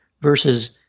versus